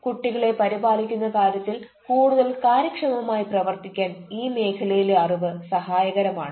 കുട്ടികളെ പരിപാലിക്കുന്ന കാര്യത്തിൽ കൂടുതൽ കാര്യക്ഷമമായി പ്രവർത്തിക്കാൻ ഈ മേഖലയിലെ അറിവ് സഹായകരമാണ്